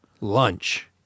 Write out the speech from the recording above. lunch